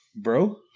Bro